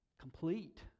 complete